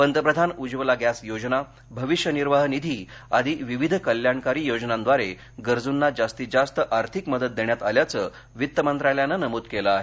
पंतप्रधान उज्वला गॅस योजना भविष्य निर्वाह निधी आदी विविध कल्याणकारी योजनांद्वारे गरजूंना जास्तीत जास्त आर्थिक मदत देण्यात आल्याचं वित्त मंत्रालयानं नमूद केलं आहे